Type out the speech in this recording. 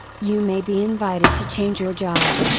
you may be invited to change your job.